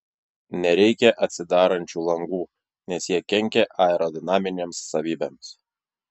nereikia atsidarančių langų nes jie kenkia aerodinaminėms savybėms